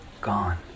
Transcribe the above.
Gone